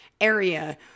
area